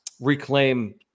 reclaim